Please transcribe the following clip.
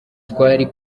twari